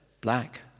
Black